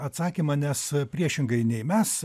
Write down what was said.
atsakymą nes priešingai nei mes